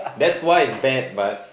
that's why it's bad but